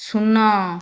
ଶୂନ